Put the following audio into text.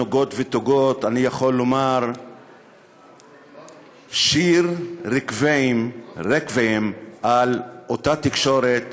נוגות ותוגות אני יכול לומר שיר רקוויאם על אותה תקשורת,